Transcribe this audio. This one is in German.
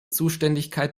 zuständigkeit